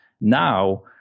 now